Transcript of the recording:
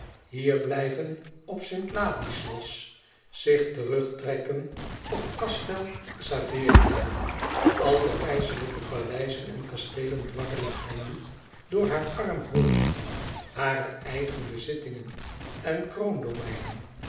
hier blijven op st ladislas zich terugtrekken op castel xaveria al de keizerlijke paleizen en kasteelen dwarrelen haar nu door haar arm hoofd hare eigen bezittingen en